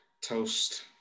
toast